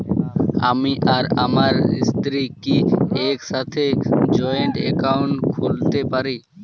আমি আর আমার স্ত্রী কি একসাথে জয়েন্ট অ্যাকাউন্ট খুলতে পারি?